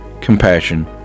compassion